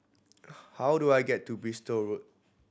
how do I get to Bristol Road